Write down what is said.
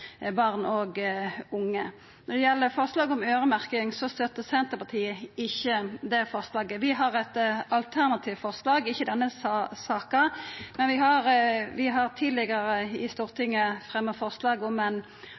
barn og unge. Når det gjeld forslaget om øyremerking, støttar Senterpartiet ikkje det forslaget. Vi har eit alternativt forslag, ikkje i denne saka, men vi har tidlegare i Stortinget fremma forslag om ein